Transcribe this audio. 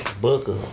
Booker